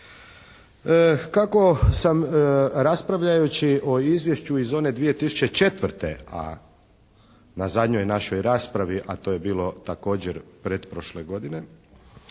Kako sam raspravljajući o izvješću iz one 2004. a na zadnjoj našoj raspravi, a to je bilo također pretprošle godine